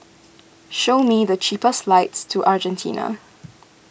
show me the cheapest flights to Argentina